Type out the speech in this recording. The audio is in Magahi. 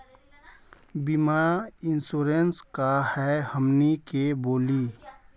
बीमा इंश्योरेंस का है हमनी के बोली?